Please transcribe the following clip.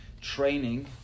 training